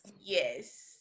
Yes